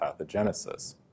pathogenesis